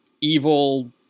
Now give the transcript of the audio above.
evil